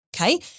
Okay